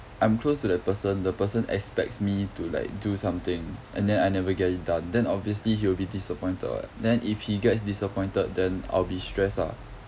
I'm close to that person the person expects me to like do something and then I never get it done then obviously he will be disappointed what then if he gets disappointed then I'll be stress ah